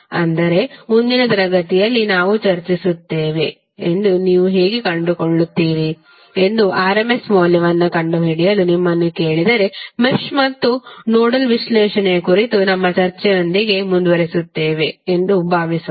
ಆದರೆ ಮುಂದಿನ ತರಗತಿಯಲ್ಲಿ ನಾವು ಚರ್ಚಿಸುತ್ತೇವೆ ಎಂದು ನೀವು ಹೇಗೆ ಕಂಡುಕೊಳ್ಳುತ್ತೀರಿ ಎಂದು RMS ಮೌಲ್ಯವನ್ನು ಕಂಡುಹಿಡಿಯಲು ನಿಮ್ಮನ್ನು ಕೇಳಿದರೆ ಮೆಶ್ ಮತ್ತು ನೋಡಲ್ ವಿಶ್ಲೇಷಣೆಯ ಕುರಿತು ನಮ್ಮ ಚರ್ಚೆಯೊಂದಿಗೆ ಮುಂದುವರಿಯುತ್ತೇವೆ ಎಂದು ಭಾವಿಸೋಣ